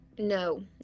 no